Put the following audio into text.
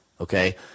okay